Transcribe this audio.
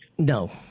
No